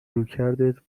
رویکردت